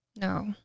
No